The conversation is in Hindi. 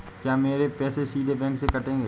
क्या मेरे पैसे सीधे बैंक से कटेंगे?